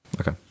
okay